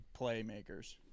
playmakers